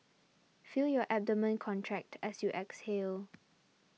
feel your abdomen contract as you exhale